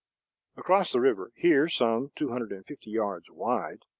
across the river, here some two hundred and fifty yards wide,